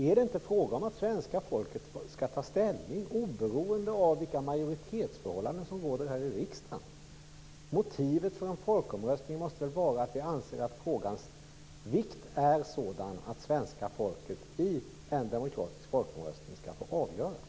Är det inte fråga om att svenska folket skall ta ställning oberoende av vilka majoritetsförhållanden som råder här i riksdagen? Motivet till en folkomröstning måste väl vara att vi anser att frågans vikt är sådan att svenska folket i en demokratisk folkomröstning skall få avgöra den.